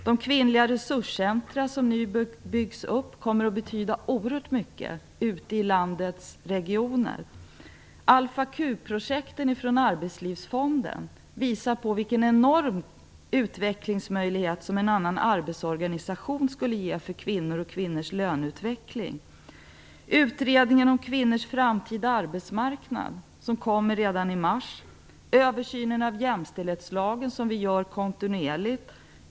De kvinnliga resurscentrum som nu byggs upp kommer att betyda oerhört mycket ute i landets regioner. Alfa-Q-projekten från Arbetslivsfonden visar på vilken enorm utvecklingsmöjlighet som en annan arbetsorganisation skulle ge för kvinnor och kvinnors löneutveckling. Utredningen om kvinnors framtida arbetsmarknad kommer redan i mars. En översyn av jämställdhetslagen görs kontinuerligt.